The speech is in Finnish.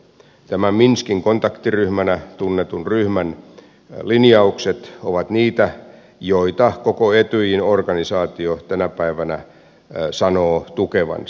tämän minskin kontaktiryhmänä tunnetun ryhmän linjaukset ovat niitä joita koko etyjin organisaatio tänä päivänä sanoo tukevansa